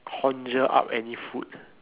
conjure up any food